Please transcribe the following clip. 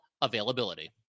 availability